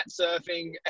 surfing